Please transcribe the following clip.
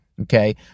Okay